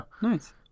nice